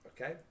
okay